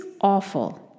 awful